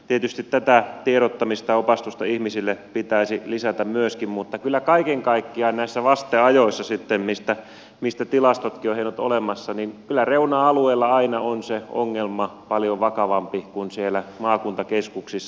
tietysti tätä tiedottamista opastusta ihmisille pitäisi lisätä myöskin mutta kyllä kaiken kaikkiaan näissä vasteajoissa sitten mistä on hienot tilastotkin olemassa reuna alueilla aina on se ongelma paljon vakavampi kuin siellä maakuntakeskuksissa